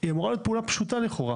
והיא אמורה להיות פעולה פשוטה לכאורה,